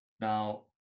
Now